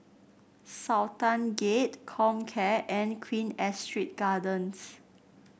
Sultan Gate Comcare and Queen Astrid Gardens